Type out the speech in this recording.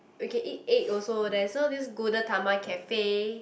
we can eat egg also there's so this Gudetama cafe